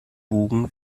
bogen